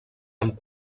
amb